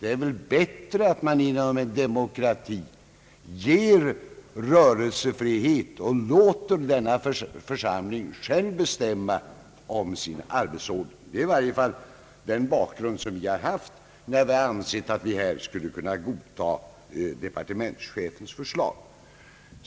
Det är bättre att man i en demokrati ger rörelsefrihet och låter denna församling själv bestämma om sin arbetsordning. Det är i varje fall den bedömning vi har gjort när vi ansett att vi här skulle kunna godta departementschefens förslag.